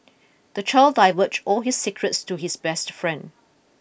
the child divulged all his secrets to his best friend